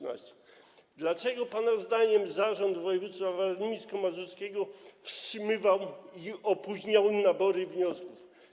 Dlaczego pana zdaniem Zarząd Województwa Warmińsko-Mazurskiego wstrzymywał i opóźniał nabory wniosków?